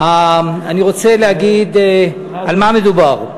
אני רוצה להגיד על מה מדובר.